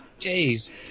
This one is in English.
Jeez